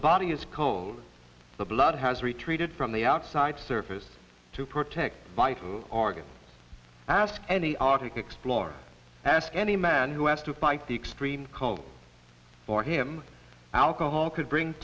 the body is cold the blood has retreated from the outside surface to protect vital organs ask any arctic explorer ask any man who has to fight the extreme cold for him alcohol could bring